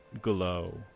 glow